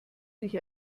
sich